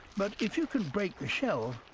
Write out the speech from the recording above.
but if you can break the shell,